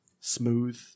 smooth